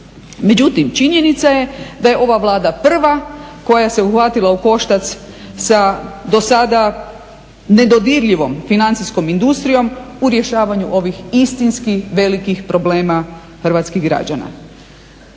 Međutim, činjenica je da je ova Vlada prva koja se uhvatila u koštac sa dosada nedodirljivom financijskom industrijom u rješavanju ovih istinski velikih problema hrvatskih građana.